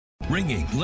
Ringing